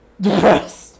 depressed